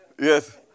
Yes